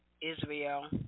Israel